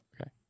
Okay